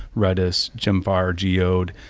redis, gemfire, geode,